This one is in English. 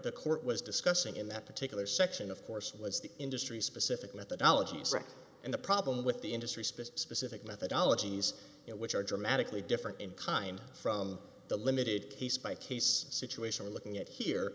the court was discussing in that particular section of course was the industry specific methodology and the problem with the industry specific methodology s which are dramatically different in kind from the limited case by case situation we're looking at here